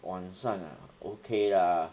网上啊 okay lah